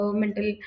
mental